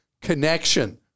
connection